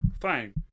Fine